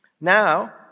Now